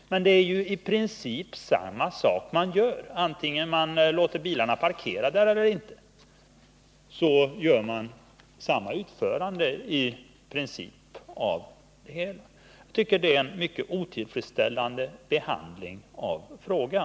Men det är ju i princip samma utförande, antingen man låter bilarna parkera där eller inte. Det är en mycket otillfredsställande behandling av frågan.